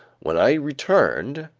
when i returned,